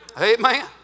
amen